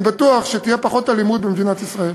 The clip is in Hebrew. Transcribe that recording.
ואני בטוח שתהיה פחות אלימות במדינת ישראל.